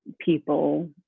people